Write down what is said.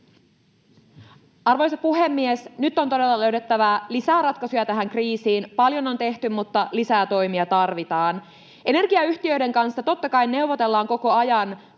Arvoisa puhemies! Nyt on todella löydettävä lisää ratkaisuja tähän kriisiin. Paljon on tehty, mutta lisää toimia tarvitaan. Energiayhtiöiden kanssa totta kai neuvotellaan koko ajan,